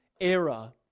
era